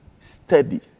Steady